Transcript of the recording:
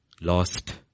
lost